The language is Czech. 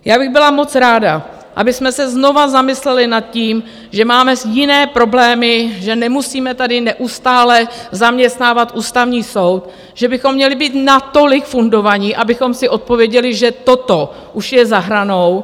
Já bych byla moc ráda, abychom se znovu zamysleli nad tím, že máme jiné problémy, že nemusíme tady neustále zaměstnávat Ústavní soud, že bychom měli být natolik fundovaní, abychom si odpověděli, že toto už je za hranou.